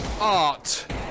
Art